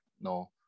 no